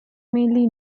mainly